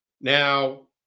now